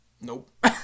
Nope